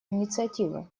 инициативы